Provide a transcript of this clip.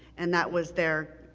and that was their,